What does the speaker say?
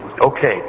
Okay